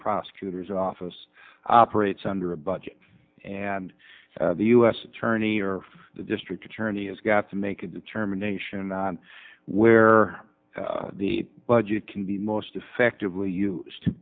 prosecutor's office operates under a budget and the u s attorney or the district attorney has got to make a determination on where the budget can be most effectively